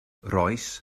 rois